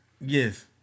Yes